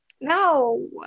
no